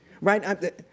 right